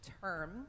term